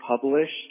published